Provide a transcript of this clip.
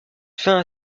fin